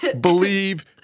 believe